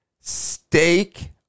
steak